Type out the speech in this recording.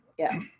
yeah.